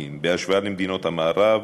שבהן שני עובדים.